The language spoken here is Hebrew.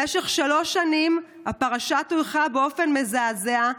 במשך שלוש שנים הפרשה טויחה באופן מזעזע,